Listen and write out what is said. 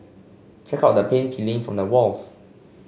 check out the paint peeling from the walls